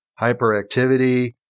hyperactivity